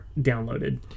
downloaded